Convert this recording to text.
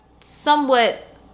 somewhat